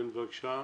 כן, בבקשה.